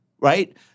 Right